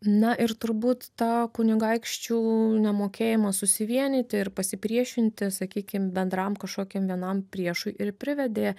na ir turbūt ta kunigaikščių nemokėjimas susivienyti ir pasipriešinti sakykim bendram kažkokiam vienam priešui ir privedė